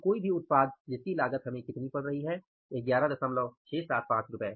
तो कोई भी उत्पाद जिसकी लागत हमें कितनी पड़ रही है 11675